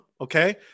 Okay